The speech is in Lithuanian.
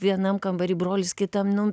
vienam kambary brolis kitam nu